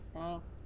Thanks